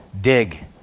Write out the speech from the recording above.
dig